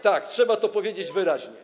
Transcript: Tak, trzeba to powiedzieć wyraźnie.